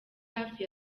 hafi